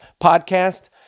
podcast